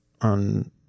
on